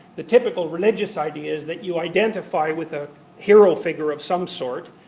the typical religious idea is that you identify with a hero figure of some sort,